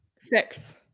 Six